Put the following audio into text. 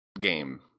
game